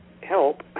help